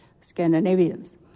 Scandinavians